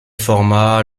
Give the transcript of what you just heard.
formats